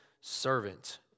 servant